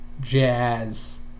jazz